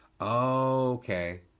Okay